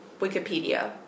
Wikipedia